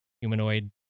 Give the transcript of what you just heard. humanoid